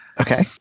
Okay